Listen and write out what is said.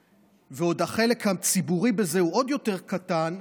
ועוד החלק הציבורי בזה הוא עוד יותר קטן,